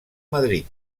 madrid